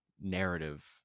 narrative